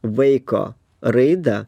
vaiko raidą